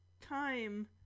time